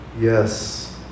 yes